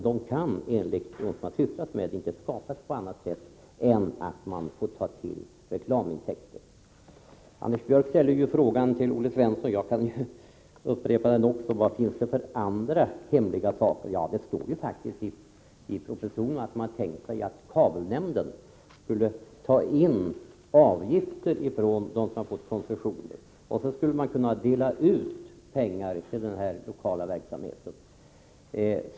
De kan, enligt dem som har sysslat med frågan, inte skapas på annat sätt än att man får ta till reklamintäkter. Anders Björck ställde en fråga till Olle Svensson, och jag kan upprepa den också: Vad finns det för andra, hemliga möjligheter? Ja, det stod faktiskt i propositionen att man tänkt sig att kabelnämnden skulle ta in avgifter från dem som fått koncessioner och sedan dela ut pengar till den lokala verksamheten.